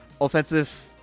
offensive